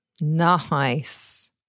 Nice